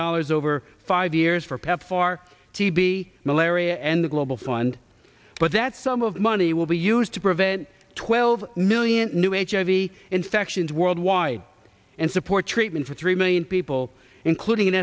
dollars over five years for pepfar tb malaria and the global fund but that some of money will be used to prevent twelve million new hiv infections worldwide and support treatment for three million people including